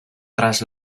tras